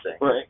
Right